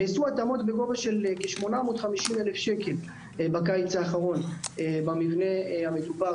נעשו התאמות בגובה של כ-850,000 ₪ בקיץ האחרון במבנה המדובר